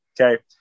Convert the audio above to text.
Okay